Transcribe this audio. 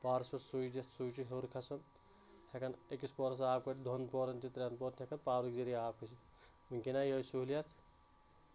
پاورس پٮ۪ٹھ سُچ دِتھ سُے چھُ ہیٛور کھسان ہیٚکان أکِس پورس آب کھٲڈِتھ دوٚن پورن تہِ ترٛیٚن پورن تہِ ہیٚکان پاورٕکۍ ذٔریعہِ آب کھٔسِتھ وُنٛکیٚن آیہِ یِہٲے سہوٗلیت